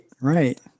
Right